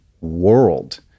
world